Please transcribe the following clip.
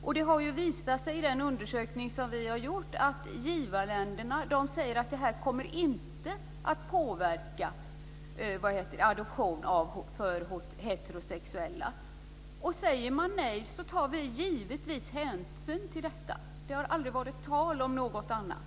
Och det har ju visat sig i den undersökning som vi har gjort att givarländerna säger att detta inte kommer att påverka adoption för heterosexuella. Säger man nej så tar vi givetvis hänsyn till detta. Det har aldrig varit tal om något annat.